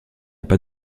pas